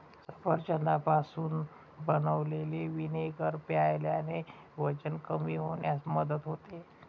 सफरचंदापासून बनवलेले व्हिनेगर प्यायल्याने वजन कमी होण्यास मदत होते